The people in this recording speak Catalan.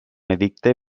edicte